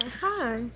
hi